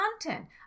content